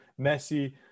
messi